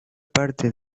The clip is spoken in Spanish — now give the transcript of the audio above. parte